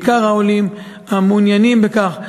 בעיקר העולים המעוניינים בכך,